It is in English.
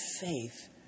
faith